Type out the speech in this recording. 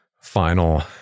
final